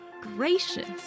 gracious